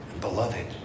Beloved